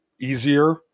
easier